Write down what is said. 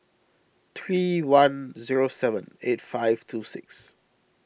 three one zero seven eight five two six